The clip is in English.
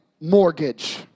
mortgage